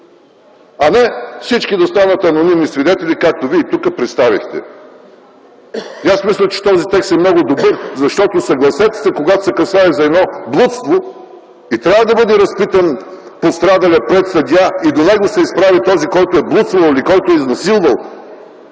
а не всички да станат анонимни свидетели, както Вие тук представихте. Аз мисля, че този текст е много добър, защото, съгласете се – когато се касае за блудство и пострадалият трябва да бъде разпитан пред съдия, и до него се изправи този, който е блудствал или който е изнасилвал,